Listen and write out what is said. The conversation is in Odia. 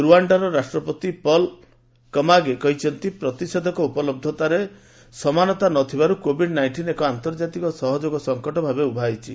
ରୁଆଣ୍ଡା ରାଷ୍ଟ୍ରପତି ପଲ୍ କଗାମେ କହିଛନ୍ତି ପ୍ରତିଷେଧକ ଉପଲହ୍ଧତାରେ ସମାନତା ନଥିବାରୁ କୋଭିଡ ନାଇଷ୍ଟିନ୍ ଏକ ଅନ୍ତର୍ଜାତୀୟ ସହଯୋଗ ସଫକଟ ଭାବେ ଉଭା ହୋଇଛି